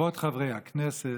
כבוד חברי הכנסת,